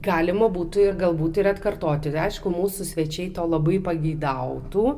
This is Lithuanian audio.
galima būtų ir galbūt ir atkartoti aišku mūsų svečiai to labai pageidautų